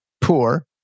poor